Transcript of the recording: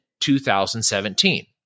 2017